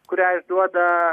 kurią išduoda